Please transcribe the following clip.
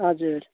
हजुर